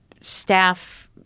staff